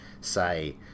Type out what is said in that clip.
say